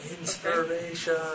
Inspiration